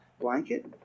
blanket